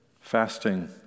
fasting